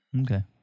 Okay